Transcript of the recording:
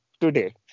today